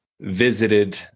visited